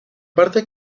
parte